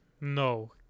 No